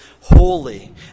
holy